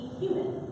human